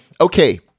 Okay